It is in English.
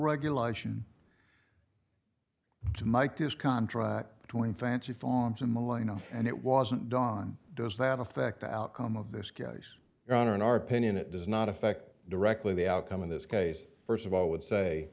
regulation to mike his contract between fancy fonts and maligned and it wasn't done does that affect the outcome of this case your honor in our opinion it does not affect directly the outcome of this case first of all would say